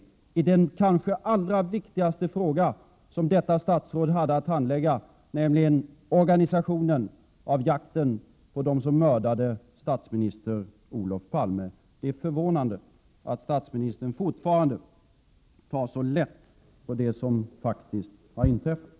Och detta i den kanske allra viktigaste fråga som detta statsråd hade att handlägga, nämligen organisationen av jakten på dem som mördade statsminister Olof Palme. Det är förvånande att statsministern fortfarande tar så lätt på det som faktiskt har inträffat.